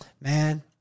man